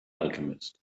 alchemist